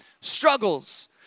struggles